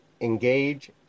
engage